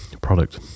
product